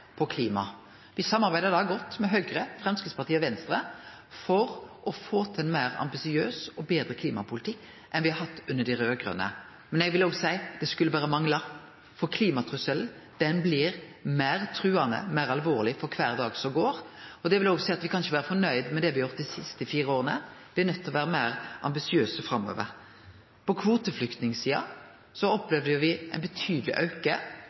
om klima. Me samarbeidde godt med Høgre, Framstegspartiet og Venstre for å få til ein meir ambisiøs og betre klimapolitikk enn me hadde under dei raud-grøne. Men eg vil også seie: Det skulle berre mangle, for klimatrusselen blir meir truande og meir alvorleg for kvar dag som går. Det vil også seie at me ikkje kan vere nøgde med det me har gjort dei siste fire åra. Me er nøydde til å vere meir ambisiøse framover. På kvoteflyktningsida opplevde me ein betydeleg auke.